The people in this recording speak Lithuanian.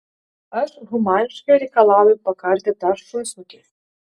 aš humaniškai reikalauju pakarti tą šunsnukį